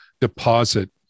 deposit